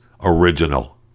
original